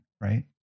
right